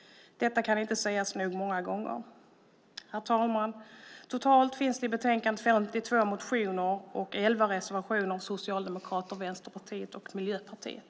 Detta kan inte sägas nog många gånger. Herr talman! Totalt finns det i betänkandet 52 motioner och 11 reservationer från Socialdemokraterna, Vänsterpartiet och Miljöpartiet.